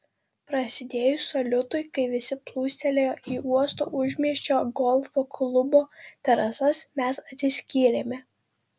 prasidėjus saliutui kai visi plūstelėjo į uosto užmiesčio golfo klubo terasas mes atsiskyrėme